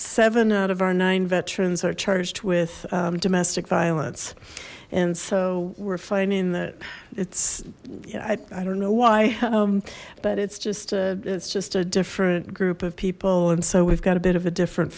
seven out of our nine veterans are charged with domestic violence and so we're finding that it's i don't know why but it's just a it's just a different group of people and so we've got a bit of a different